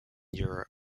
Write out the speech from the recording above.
europe